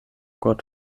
gott